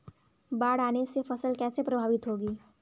बाढ़ आने से फसल कैसे प्रभावित होगी?